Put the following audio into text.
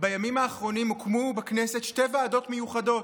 בימים האחרונים הוקמו בכנסת שתי ועדות מיוחדות,